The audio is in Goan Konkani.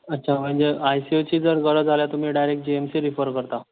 अच्छा आयसियूची गरज आसा जाल्यार तुमी direct G M C refer करता